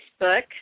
Facebook